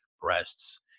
breasts